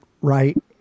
right